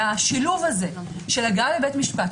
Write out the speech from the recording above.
והשילוב הזה של הגעה לבית משפט,